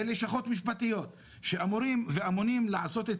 זה לשכות משפטיות שאמורים ואמונים לעשות את